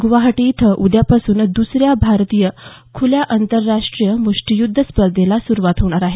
गुवाहाटी इथं उद्यापासून दुसऱ्या भारतीय खुल्या आंतरराष्ट्रीय मुष्टीयुध्द स्पर्धेला सुरुवात होणार आहे